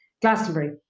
Glastonbury